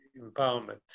empowerment